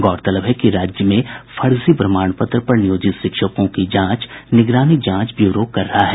गौरतलब है राज्य में फर्जी प्रमाण पत्र पर नियोजित शिक्षकों की जांच निगरानी जांच ब्यूरो कर रहा है